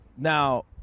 Now